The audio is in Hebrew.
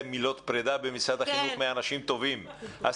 מילות פרידה מאנשים טובים במשרד החינוך.